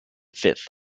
fifth